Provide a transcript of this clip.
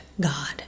God